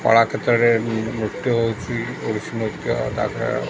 କଳା କ୍ଷେତ୍ରରେ ନୃତ୍ୟ ହେଉଛି ଓଡ଼ିଶୀ ନୃତ୍ୟ ତା'ପରେ